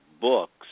books